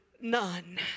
none